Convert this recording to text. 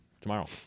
tomorrow